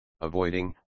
avoiding